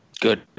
Good